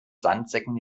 sandsäcken